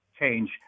change